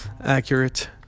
accurate